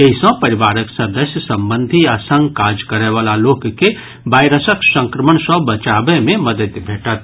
एहि सँ परिवारक सदस्य संबंधी आ संग काज करयवला लोक के वायरसक संक्रमण सँ बचाबय मे मददि भेटत